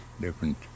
different